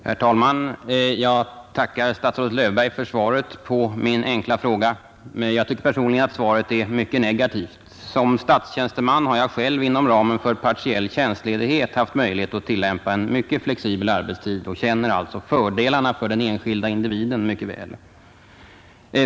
Herr talman! Jag tackar statsrådet Löfberg för svaret på min enkla fråga, men jag tycker personligen att det är mycket negativt. Som statstjänsteman har jag själv inom ramen för partiell tjänstledighet haft möjlighet att tillämpa en mycket flexibel arbetstid och känner alltså väl till fördelarna för den enskilda individen.